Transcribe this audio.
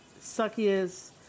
suckiest